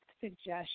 suggestion